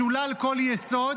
משולל כל יסוד,